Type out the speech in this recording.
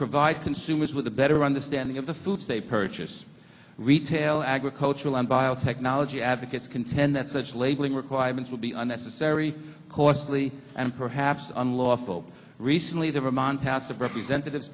provide consumers with a better understanding of the foods they purchase retail agricultural and biotechnology advocates contend that such labeling requirements would be unnecessary costly and perhaps unlawful recently the remand house of representatives